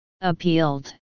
Appealed